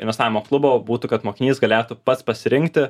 investavimo klubo būtų kad mokinys galėtų pats pasirinkti